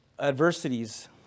adversities